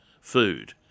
food